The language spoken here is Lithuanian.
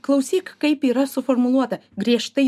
klausyk kaip yra suformuluota griežtai